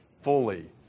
fully